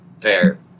fair